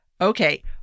okay